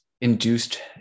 induced